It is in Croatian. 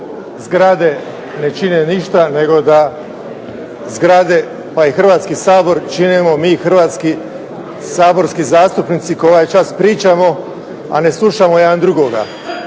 zgrade ne čine ništa nego da zgrade pa i Hrvatski sabor činimo mi hrvatski saborski zastupnici koji ovaj čas pričamo, a ne slušamo jedan drugoga.